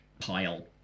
pile